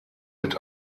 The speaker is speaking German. mit